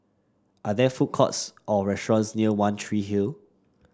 are there food courts or restaurants near One Tree Hill